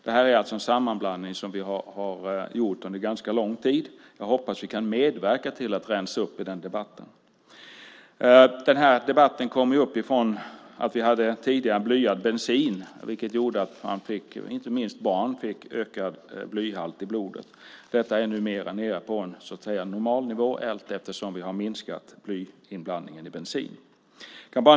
Det är en sammanblandning som vi har gjort under ganska lång tid. Jag hoppas att vi kan medverka till att rensa upp i den debatten. Debatten uppstod när vi tidigare hade blyinblandad bensin, vilket gjorde att inte minst barn fick en ökad blyhalt i blodet. Blyhalten är numera nere på en så att säga normal nivå allteftersom vi minskar blyinblandningen i bensin.